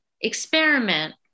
experiment